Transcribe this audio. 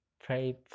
pray